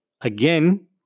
again